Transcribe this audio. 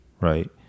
right